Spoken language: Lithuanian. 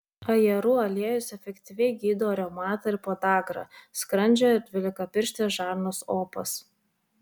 ajerų aliejus efektyviai gydo reumatą ir podagrą skrandžio ir dvylikapirštės žarnos opas